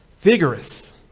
vigorous